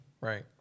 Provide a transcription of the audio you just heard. Right